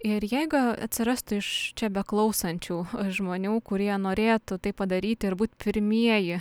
ir jeigu atsirastų iš čia beklausančių žmonių kurie norėtų tai padaryti ir būt pirmieji